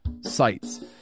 sites